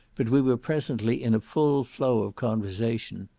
but we were presently in a full flow of conversation.